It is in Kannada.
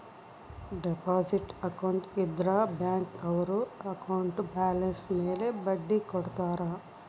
ಡೆಪಾಸಿಟ್ ಅಕೌಂಟ್ ಇದ್ರ ಬ್ಯಾಂಕ್ ಅವ್ರು ಅಕೌಂಟ್ ಬ್ಯಾಲನ್ಸ್ ಮೇಲೆ ಬಡ್ಡಿ ಕೊಡ್ತಾರ